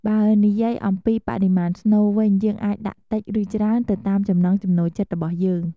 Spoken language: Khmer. បើនិយាយអំពីបរិមាណស្នូលវិញ យើងអាចដាក់តិច ឬច្រើនទៅតាមចំណង់ចំណូលចិត្តរបស់យើង។